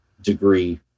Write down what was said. degree